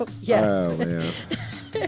yes